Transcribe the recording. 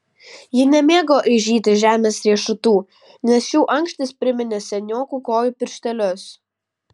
ji nemėgo aižyti žemės riešutų nes šių ankštys priminė seniokų kojų pirštelius